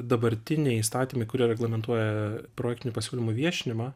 dabartiniai įstatymai kurie reglamentuoja projektinių pasiūlymų viešinimą